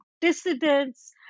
dissidents